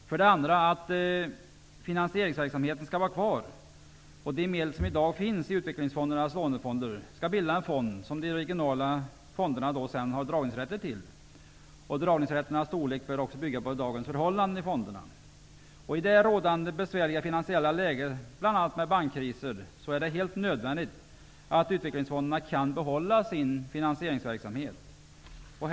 För det andra skall finansieringsverksamheten vara kvar. De medel som i dag finns i utvecklingsfondernas lånefonder skall bilda en fond som de regionala utvecklingsfonderna sedan har dragningsrätter till. Dragningsrätternas storlek bör bygga på dagens förhållanden i fonderna. I det rådande besvärliga finansiella läget med bl.a. bankkriser är det helt nödvändigt att utvecklingsfonderna får möjlighet att behålla finansieringsverksamheten.